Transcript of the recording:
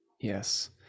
yes